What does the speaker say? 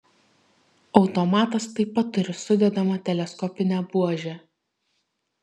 automatas taip pat turi sudedamą teleskopinę buožę